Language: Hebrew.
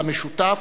על המשותף?